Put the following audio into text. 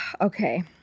Okay